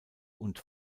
und